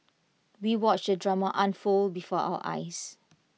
we watched the drama unfold before our eyes